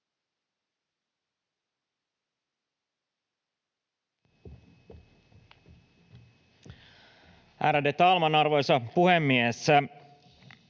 Ärade talman, arvoisa puhemies!